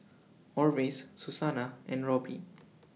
Orvis Susannah and Robby